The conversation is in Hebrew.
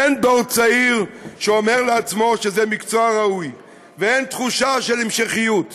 אין דור צעיר שאומר לעצמו שזה מקצוע ראוי ואין תחושה של המשכיות,